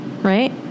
Right